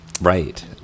right